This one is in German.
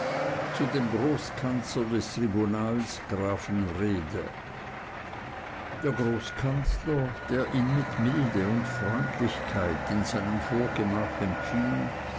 zu dem großkanzler des tribunals grafen wrede der großkanzler der ihn mit milde und freundlichkeit in seinem vorgemach empfing